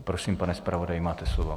Prosím, pane zpravodaji, máte slovo.